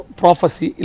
prophecy